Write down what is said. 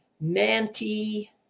Manti